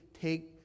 take